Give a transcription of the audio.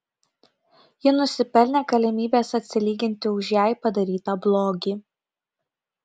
ji nusipelnė galimybės atsilyginti už jai padarytą blogį